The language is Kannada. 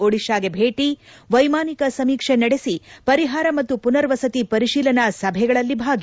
ಒಡಿಶಾಗೆ ಭೇಟಿ ವ್ವೆಮಾನಿಕ ಸಮೀಕ್ಷೆ ನಡೆಸಿ ಪರಿಹಾರ ಮತ್ತು ಪುನರ್ವಸತಿ ಪರಿಶೀಲನಾ ಸಭೆಗಳಲ್ಲಿ ಭಾಗಿ